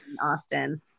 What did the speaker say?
Austin